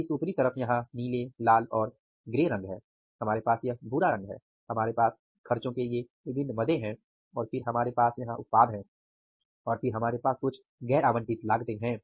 इस ऊपरी तरफ यहाँ नीले लाल और ग्रे रंग है हमारे पास यह भूरा रंग है हमारे पास खर्चों के ये विभिन्न मदें हैं और फिर हमारे पास यहाँ उत्पाद हैं और फिर हमारे पास कुछ गैर आवंटित लागतें हैं